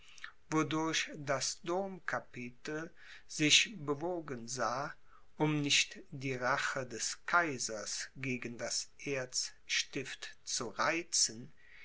wodurch das domcapitel sich bewogen sah um nicht die rache des kaisers gegen das erzstift zu reizen